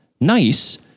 nice